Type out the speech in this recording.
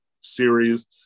series –